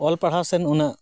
ᱚᱞ ᱯᱟᱲᱦᱟᱣ ᱥᱮᱱ ᱩᱱᱟᱹᱜ